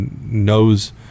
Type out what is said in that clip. knows